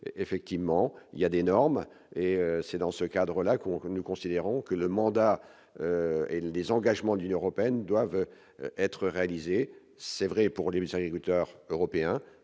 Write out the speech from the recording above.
effectivement, il y a d'énormes et c'est dans ce cadre-là qu'on veut nous considérons que le mandat et le désengagement d'Union européenne doivent être réalisés, c'est vrai pour les agriculteurs européens,